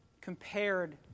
compared